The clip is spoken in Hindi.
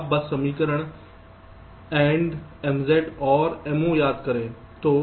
आप बस समीकरण AND MZ OR Mo याद करें